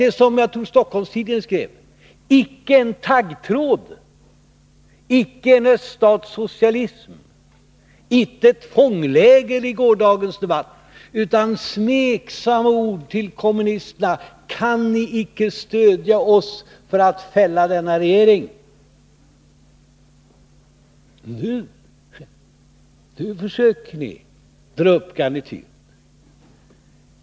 Jag tror att det var Stockholmstidningen som skrev: Icke en taggtråd, icke en öststatssocialism, icke ett fångläger i gårdagens debatt, utan smeksamma ord till kommunisterna — kan ni inte stödja oss för att fälla denna regering? Nu försöker ni dra upp garnityret.